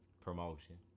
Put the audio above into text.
promotion